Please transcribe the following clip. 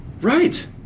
Right